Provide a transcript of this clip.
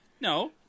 No